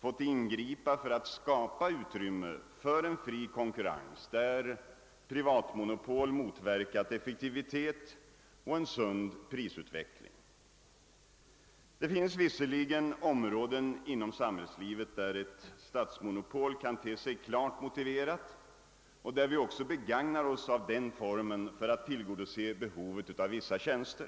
fått ingripa för att skapa utrymme för en fri konkurrens där privatmonopol motverkat effektivitet och en sund prisutveckling. Det finns visserligen områden inom samhällslivet där ett statsmonopol kan te sig klart motiverat och där vi också begagnar oss av den formen för att tillgodose behovet av vissa tjänster.